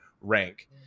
rank